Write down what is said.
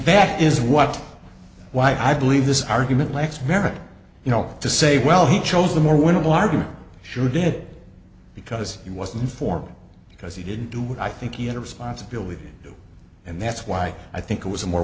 fact is what why i believe this argument lacks merit you know to say well he chose the more winnable argument sure did because he was an informant because he didn't do what i think he had a responsibility and that's why i think it was a more